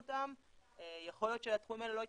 אותן יכול להיות שהתחומים האלה לא יתפתחו.